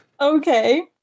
Okay